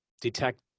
detect